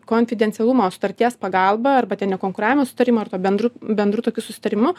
konfidencialumo sutarties pagalba arba ten nekonkuravimo susitarimu ar tuo bendru bendru tokiu susitarimu